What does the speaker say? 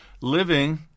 Living